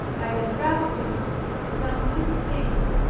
by the practice of some good thing,